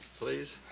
please.